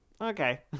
okay